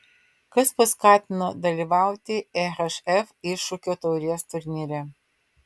kas paskatino dalyvauti ehf iššūkio taurės turnyre